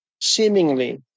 seemingly